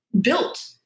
built